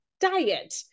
diet